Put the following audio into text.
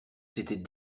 c’était